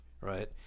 right